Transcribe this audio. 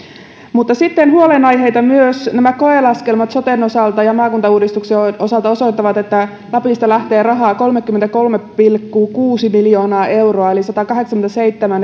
mutta sitten huolenaiheita on myös nämä koelaskelmat soten ja maakuntauudistuksen osalta osoittavat että lapista lähtee rahaa kolmekymmentäkolme pilkku kuusi miljoonaa euroa eli satakahdeksankymmentäseitsemän